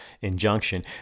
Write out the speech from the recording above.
injunction